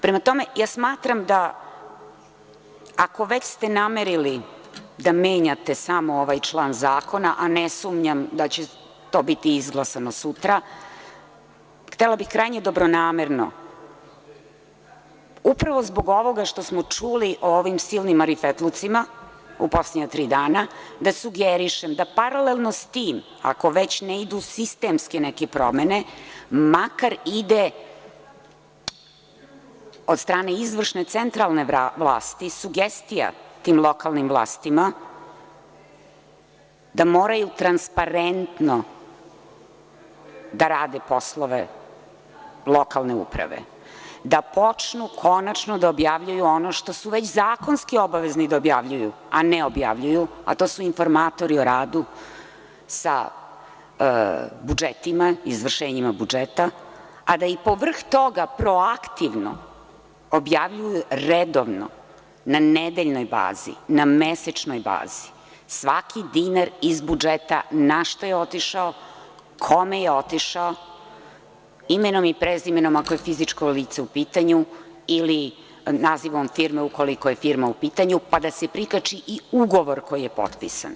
Prema tome, ja smatram ako ste već namerili da samo menjate ovaj član zakona, a ne sumnjam da će to biti izglasano sutra, htela bih krajnje dobronamerno, upravo zbog ovoga što smo čuli o ovim silnim marifetlucima u poslednja tri dana, da sugerišem da paralelno sa tim, ako već ne idu neke sistemske promene, makar ide od strane izvršne i centralne vlasti, sugestija tim lokalnim vlastima, da moraju transparentno da rade poslove lokalne uprave, da počnu konačno ono što su zakonski obavezni da objavljuju, a ne objavljuju, a to su informatori o radu sa budžetima, izvršenjima budžeta, a da ih povrh toga proaktivno objavljuju redovno na nedeljnoj bazi, na mesečnoj bazi, svaki dinar iz budžeta na šta je otišao, kome je otišao, imenom i prezimenom ako je fizičko lice u pitanju, ili nazivom firme ukoliko je firma u pitanju, pa da se prikači i ugovor koji je potpisan.